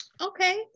Okay